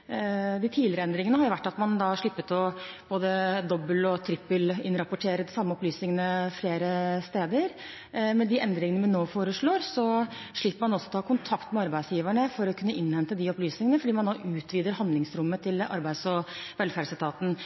har sluppet å både dobbel- og trippelinnrapportere de samme opplysningene flere steder. Med de endringene vi nå foreslår, slipper man også å ta kontakt med arbeidsgiverne for å kunne innhente de opplysningene, fordi man utvider handlingsrommet til Arbeids- og velferdsetaten.